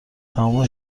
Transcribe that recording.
تموم